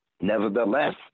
Nevertheless